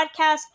podcast